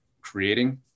creating